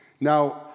Now